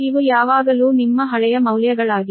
ಇವು ಯಾವಾಗಲೂ ನಿಮ್ಮ ಹಳೆಯ ಮೌಲ್ಯಗಳಾಗಿವೆ